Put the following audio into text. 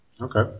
Okay